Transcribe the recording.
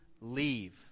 leave